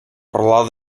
parlar